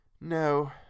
No